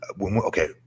okay